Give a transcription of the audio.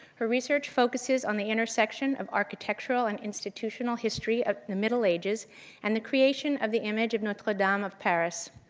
her research focuses on the intersection of architectural and institutional history in the middle ages and the creation of the image of notre-dame of paris.